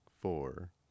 Four